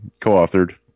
co-authored